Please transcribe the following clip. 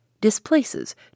displaces